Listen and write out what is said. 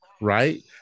right